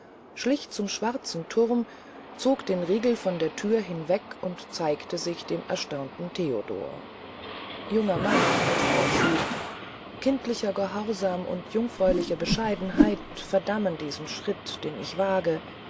schlich zum schwarzen thurm zog den riegel von der thür hinweg und zeigte sich dem erstaunten theodor junger mann sprach sie kindlicher gehorsam und jungfräuliche bescheidenheit verdammen diesen schritt den ich wage